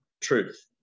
truth